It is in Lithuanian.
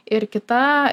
ir kita